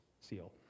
seal